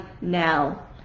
now